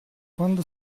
quando